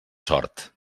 sort